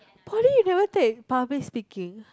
Poly you never take public speaking